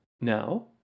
Now